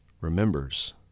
remembers